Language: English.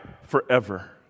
forever